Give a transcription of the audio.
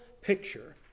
picture